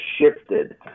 shifted